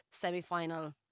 semi-final